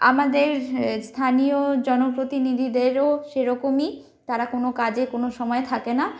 আমাদের স্থানীয় জনপ্রতিনিধিদেরও সেরকমই তারা কোনো কাজে কোনো সমায় থাকে না